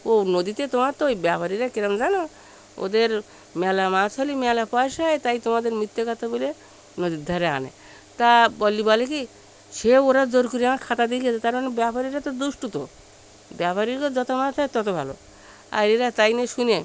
ও নদীতে তোমার তো ওই ব্যাপারীরা কী রকম জানো ওদের মেলা মাছ হলে মেলা পয়সা হয় তাই তোমাদের মিথ্যে কথা বলে নদীর ধারে আনে তা বললে বলে কী সে ওরা জোর করে আমার খাতা দিয়ে গিয়েছে তার মানে ব্যাপারীরা তো দুষ্টু তো ব্যাপারীদের যত মাছ হয় তত ভালো আর এরা তাই নিয়ে শুনে